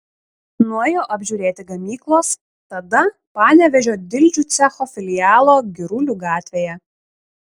nuėjo apžiūrėti gamyklos tada panevėžio dildžių cecho filialo girulių gatvėje